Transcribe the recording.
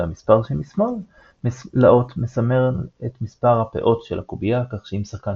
והמספר שמשמאל לאות מסמל את מספר הפאות של הקובייה כך שאם שחקן